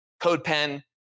CodePen